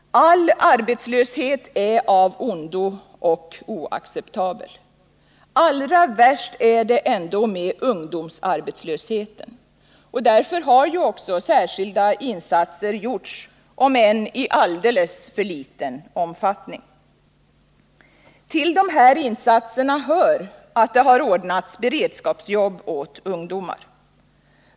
All arbetslöshet är av ondo och oacceptabel. Allra värst är ändå ungdomsarbetslösheten. Därför har också särskilda insatser gjorts, om än i alldeles för liten omfattning. Till dessa insatser hör att det har ordnats beredskapsjobb åt ungdomar.